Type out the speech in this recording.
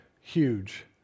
huge